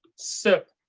so.